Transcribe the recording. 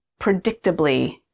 predictably